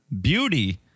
Beauty